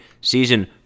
season